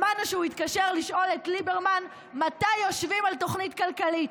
שמענו שהוא התקשר לשאול את ליברמן מתי יושבים על תוכנית כלכלית.